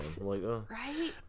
right